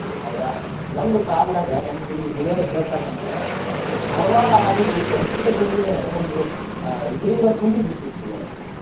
ಹೌದಾ ಒಂದು ಕಾಲ್ದಾಗ ನಮಗಿಲ್ಲಿ ಹಿರಿಯರು ಹೇಳ್ತಾರೆ ನಮ್ಗೆ ಧಾರ್ವಾಡ ಅನ್ನುದು ಸಂಪಿಗೆ ಹೂವಿನ ಒಂದು ಇದ್ರಿಂದ ತುಂಬಿ ಬಿಟ್ಟಿತ್ತು ಅಂತ್ಹೇಳಿ